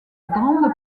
grande